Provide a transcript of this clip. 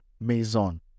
Maison